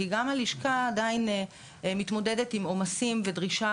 כי גם הלשכה עדיין מתמודדת עם עומסים ודרישה